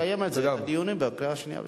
נקיים על זה דיונים לקראת קריאה שנייה ושלישית.